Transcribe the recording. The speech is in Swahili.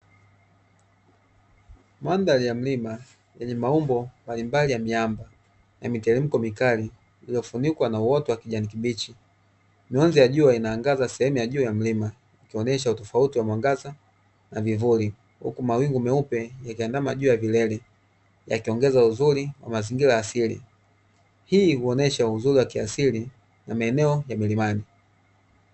Mandhari ya mlima yenye maumbo mbalimbali ya miamba na miteremko mikali iliyofunikwa na uoto wa kijani kibichi. Mionzi ya jua inaangaza sehemu ya juu ya mlima, ikionyesha utofauti wa mwangaza na vivuli, huku mawingu meupe yakiandama juu ya vilele, yakiongeza uzuri wa mazingira ya asili. Hii huonyesha uzuri wa kiasili na maeneo ya milimani.